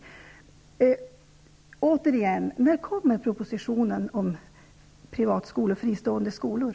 Jag frågar återigen: När kommer propositionen om privata skolor?